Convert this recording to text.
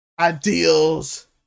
ideals